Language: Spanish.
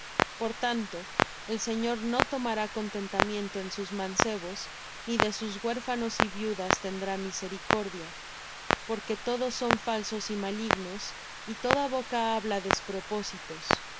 por tanto el señor no tomará contentamiento en sus mancebos ni de sus huérfanos y viudas tendrá misericordia porque todos son falsos y malignos y toda boca habla despropósitos con